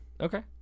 Okay